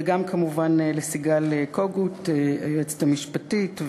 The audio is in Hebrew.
וגם כמובן לסיגל קוגוט, היועצת המשפטית,